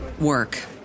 work